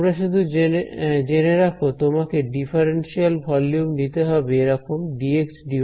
তোমরা শুধু জেনে রাখ তোমাকে ডিফারেনশিয়াল ভলিউম নিতে হবে এরকম dxdydz